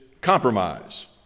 compromise